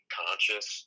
conscious